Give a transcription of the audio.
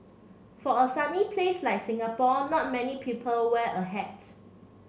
for a sunny place like Singapore not many people wear a hat